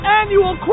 annual